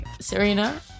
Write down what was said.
Serena